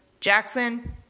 Jackson